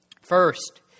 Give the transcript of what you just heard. First